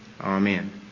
amen